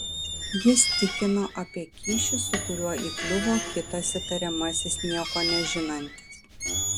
jis tikino apie kyšį su kuriuo įkliuvo kitas įtariamasis nieko nežinantis